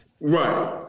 Right